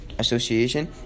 Association